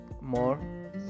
more